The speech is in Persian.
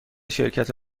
شرکت